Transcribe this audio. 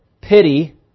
pity